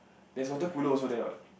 there's water cooler also there what